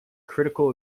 critical